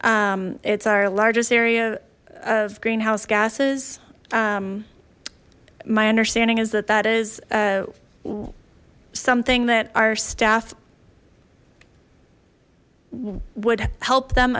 it's our largest area of greenhouse gases my understanding is that that is a something that our staff would help them